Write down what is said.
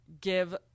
give